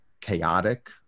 chaotic